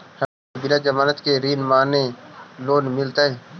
हमनी के बिना जमानत के ऋण माने लोन मिलतई?